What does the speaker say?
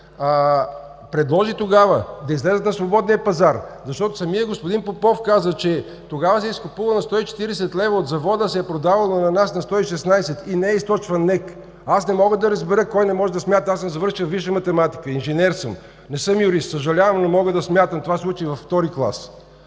предложи да излязат на свободния пазар, защото самият господин Попов каза, че тогава се е изкупувала на 140 лв. от завода, а се е продавала на нас на 116 лв. и не е източван НЕК. (Шум и реплики.) Аз не мога да разбера кой не може да смята?! Аз съм завършил висша математика, инженер съм, не съм юрист, съжалявам, но мога да смятам, това се учи във втори клас.